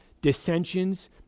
dissensions